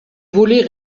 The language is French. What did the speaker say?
volet